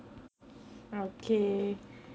okay